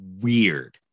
weird